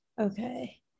Okay